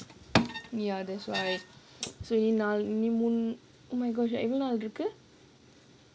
ya that's why so நான்:naan oh my gosh you இன்னும் எவ்ளோனால் இருக்கு:innum evlonaal irukku